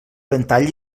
ventall